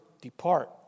depart